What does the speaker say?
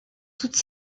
toutes